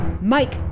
Mike